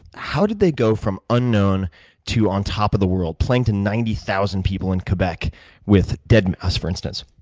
how did they go from unknown to on top of the world, playing to ninety thousand people in quebec with dead us, for instance?